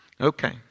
Okay